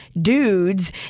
Dudes